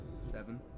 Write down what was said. Seven